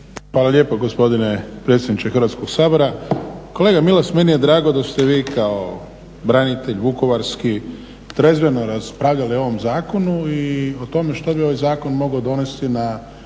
Hvala lijepo gospodine predsjedniče Hrvatskoga sabora. Kolega Milas meni je drago da ste vi kao branitelj vukovarski trezveno raspravljali o ovom zakonu i o tome što bi ovaj zakon mogao donesti na